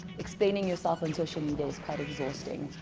explaining yourself on social media is quite exhausting.